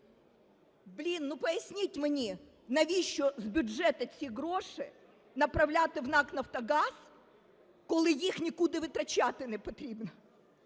Блін, ну поясніть мені, навіщо з бюджету ці гроші направляти в НАК "Нафтогаз", коли їх нікуди витрачати не потрібно?